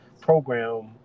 program